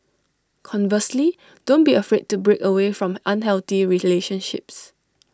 conversely don't be afraid to break away from unhealthy relationships